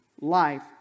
life